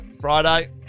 Friday